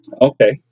Okay